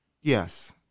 Yes